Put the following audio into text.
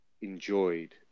enjoyed